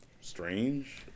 strange